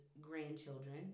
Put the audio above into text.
grandchildren